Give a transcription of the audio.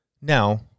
Now